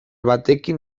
batekin